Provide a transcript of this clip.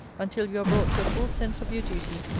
until you are brought to a full sense of your duty,